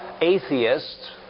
atheists